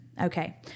okay